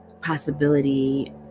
possibility